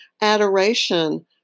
adoration